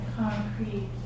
concrete